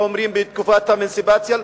לא אומרים בתקופת האמנציפציה,